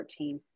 14